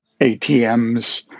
ATMs